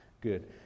Good